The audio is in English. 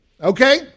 Okay